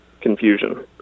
confusion